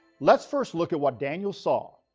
let's first look at what daniel saw,